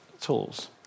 tools